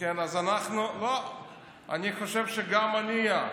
אני חושב שגם הנייה.